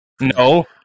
no